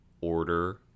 order